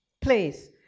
please